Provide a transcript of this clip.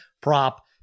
prop